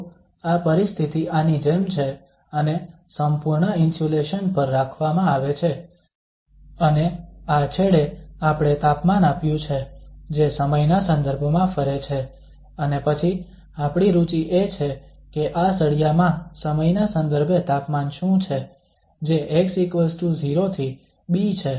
તો આ પરિસ્થિતિ આની જેમ છે અને સંપૂર્ણ ઇન્સ્યુલેશન પર રાખવામાં આવે છે અને આ છેડે આપણે તાપમાન આપ્યું છે જે સમયના સંદર્ભમાં ફરે છે અને પછી આપણી રુચિ એ છે કે આ સળિયામાં સમયના સંદર્ભે તાપમાન શું છે જે x0 થી b છે